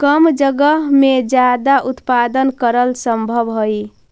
कम जगह में ज्यादा उत्पादन करल सम्भव हई